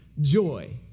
joy